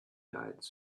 guides